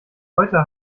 heute